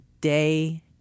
day